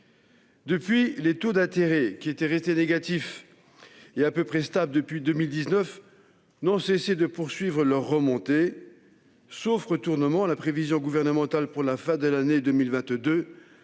Depuis lors, les taux d'intérêt, qui étaient restés négatifs et à peu près stables depuis 2019, n'ont cessé de poursuivre leur remontée. Sauf retournement, la prévision gouvernementale pour la fin de l'année 2022,